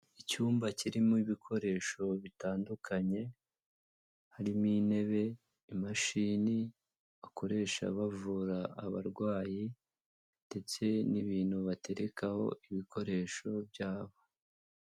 Icyumba kirimo ibikoresho bitandukanye harimo intebe, imashini bakoresha bavura abarwayi ndetse n'ibintu baterekaho ibikoresho byabo.